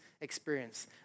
experience